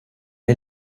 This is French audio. est